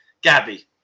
Gabby